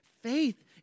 Faith